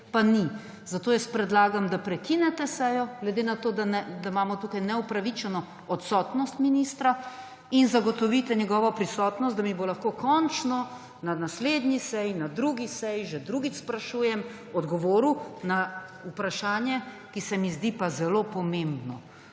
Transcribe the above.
pa ni. Zato jaz predlagam, da prekinete sejo, glede na to, da imamo tukaj neupravičeno odsotnost ministra, in zagotovite njegovo prisotnost, da mi bo lahko končno na naslednji seji, na drugi seji, že drugič sprašujem, odgovoril na vprašanje, ki se mi zdi pa zelo pomembno.